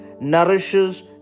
nourishes